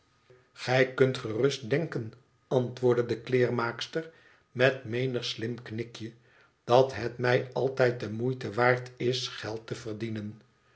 gij kunt gerust denken antwoordde de kleermaakster met menig slim knikje dat het mij altijd de moeite waard is geld te verdienen